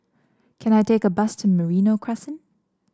can I take a bus to Merino Crescent